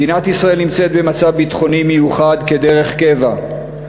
מדינת ישראל נמצאת במצב ביטחוני מיוחד דרך קבע,